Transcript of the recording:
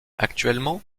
actuellement